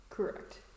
Correct